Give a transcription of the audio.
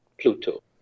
Pluto